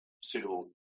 suitable